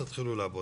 ולכן תתחילו לעבוד.